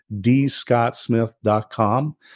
dscottsmith.com